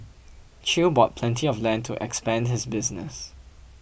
Chew bought plenty of land to expand his business